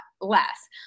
less